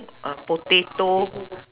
uh potato